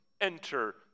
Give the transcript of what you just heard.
enter